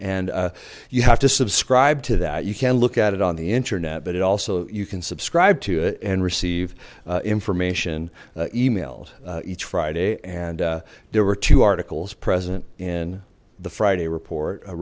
and you have to subscribe to that you can look at it on the internet but it also you can subscribe to it and receive information emailed each friday and there were two articles present in the friday report